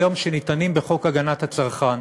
הימים שניתנים בחוק הגנת הצרכן,